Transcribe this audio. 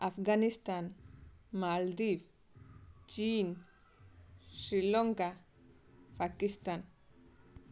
ଆଫଗାନିସ୍ତାନ ମାଲଦ୍ଵୀପ ଚୀନ ଶ୍ରୀଲଙ୍କା ପାକିସ୍ତାନ